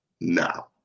now